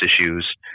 issues